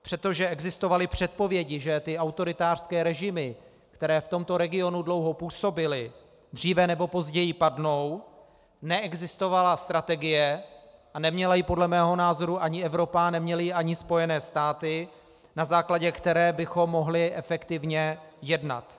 Přestože existovaly předpovědi, že ty autoritářské režimy, které v tomto regionu dlouho působily, dříve nebo později padnou, neexistovala strategie a neměla ji podle mého názoru ani Evropa a neměly ji ani Spojené státy na základě které bychom mohli efektivně jednat.